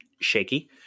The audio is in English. shaky